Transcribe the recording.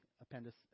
appendix